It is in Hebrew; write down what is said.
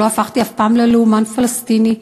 לא הפכתי אף פעם ללאומן פלסטיני,